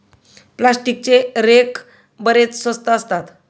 प्लास्टिकचे रेक बरेच स्वस्त असतात